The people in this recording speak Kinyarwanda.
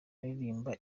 aririmba